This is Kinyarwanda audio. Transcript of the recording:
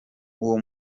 uwo